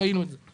ראינו את זה.